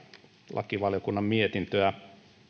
lakivaliokunnan mietintöä